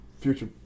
future